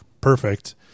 perfect